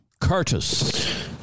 Curtis